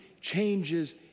changes